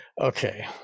okay